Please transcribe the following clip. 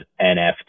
NFT